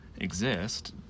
Exist